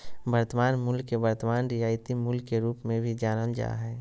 वर्तमान मूल्य के वर्तमान रियायती मूल्य के रूप मे भी जानल जा हय